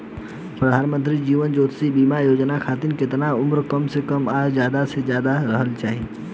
प्रधानमंत्री जीवन ज्योती बीमा योजना खातिर केतना उम्र कम से कम आ ज्यादा से ज्यादा रहल चाहि?